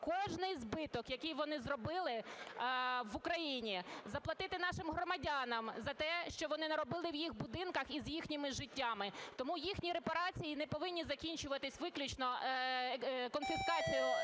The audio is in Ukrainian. кожний збиток, який вони зробили в Україні, заплатити нашим громадянам за те, що вони наробили в їх будинках і з їхніми життями. Тому їхні репарації не повинні закінчуватися виключно конфіскацією